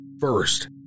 First